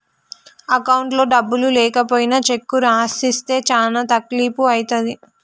అకౌంట్లో డబ్బులు లేకపోయినా చెక్కు రాసిస్తే చానా తక్లీపు ఐతది